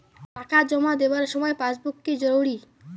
টাকা জমা দেবার সময় পাসবুক কি জরুরি?